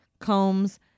combs